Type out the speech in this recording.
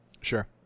Sure